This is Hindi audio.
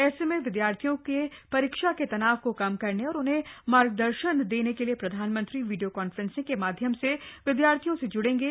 ऐसे में विद्यार्थियों के परीक्षा के तनाव को कम करने और उन्हें मार्गदर्शन देने के लिए प्रधानमंत्री वीडियो कॉन्फ्रेंसिंग के माध्यम से विद्यार्थियों से ज्ड़ेंगे